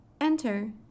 enter